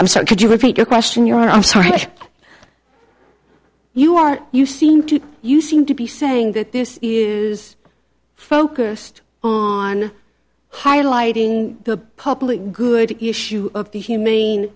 i'm sorry could you repeat your question your honor i'm sorry you are you seem to you seem to be saying that this is focused on highlighting the public good issue of the humane